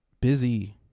busy